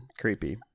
Creepy